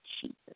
Jesus